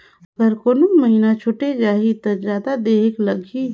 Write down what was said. अगर कोनो महीना छुटे जाही तो जादा देहेक लगही?